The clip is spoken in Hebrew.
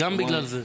זה גם בגלל זה.